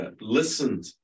listened